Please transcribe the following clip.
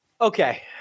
Okay